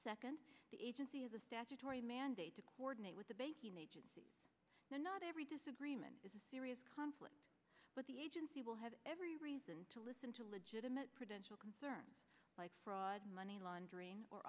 second the agency is a statutory mandate to coordinate with the banking agencies not every disagreement is a serious conflict but the agency will have every reason to listen to legitimate prudential concerns like fraud money laundering or